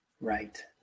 Right